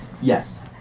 Yes